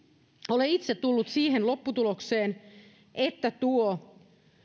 olen itse tullut siihen lopputulokseen että tuo